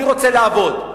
אני רוצה לעבוד,